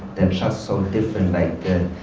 they're just so different, like